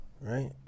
right